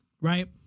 right